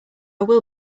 will